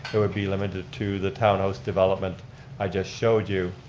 it would be limited to the townhouse development i just showed you.